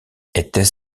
étaient